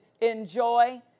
enjoy